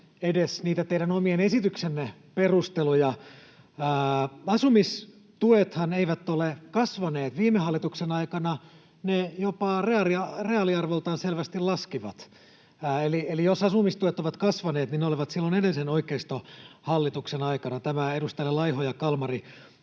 edes niitä teidän omien esityksienne perusteluja. Asumistuethan eivät ole kasvaneet. Viime hallituksen aikana ne reaaliarvoltaan jopa selvästi laskivat. Eli jos asumistuet ovat kasvaneet, niin ne olivat silloin edellisen oikeistohallituksen aikana. Tämä edustajille Laiho ja Kalmari